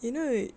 you know